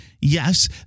Yes